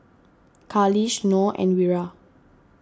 Khalish Noh and Wira